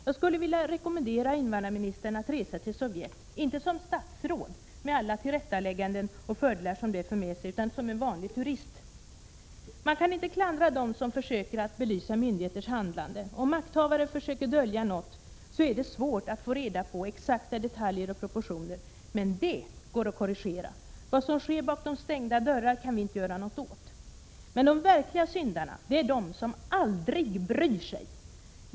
Jag skulle vilja rekommendera invandrarministern att resa till Sovjet - inte som statsråd, med alla tillrättalägganden och fördelar det för med sig, utan som vanlig turist. Man kan inte klandra dem som försöker belysa myndigheters handlande. Om makthavare försöker dölja något är det svårt att få reda på exakta detaljer och proportioner. Men detta går att korrigera. Vad som sker bakom stängda dörrar kan vi inte göra något åt. De verkliga syndarna är emellertid de som aldrig bryr sig.